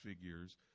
figures